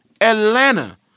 Atlanta